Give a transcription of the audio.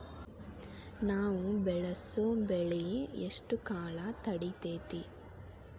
ನಾವು ಬೆಳಸೋ ಬೆಳಿ ಎಷ್ಟು ಕಾಲ ತಡೇತೇತಿ?